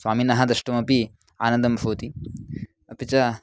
स्वामिनः द्रष्टुमपि आनन्दः भवति अपि च